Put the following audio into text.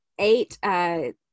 Eight